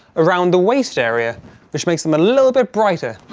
around the waist area which makes them a little bit brighter,